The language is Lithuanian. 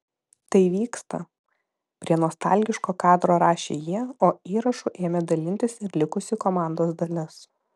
tai vyksta prie nostalgiško kadro rašė jie o įrašu ėmė dalintis ir likusi komandos dalis